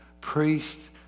Priest